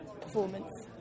performance